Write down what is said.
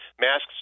masks